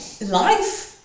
life